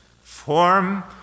form